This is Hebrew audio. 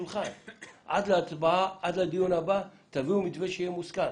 עד הדיון הבא תביאו מתווה שיהיה מוסכם.